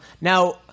now